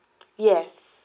yes